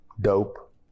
dope